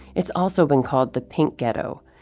it's also been called the pink ghetto.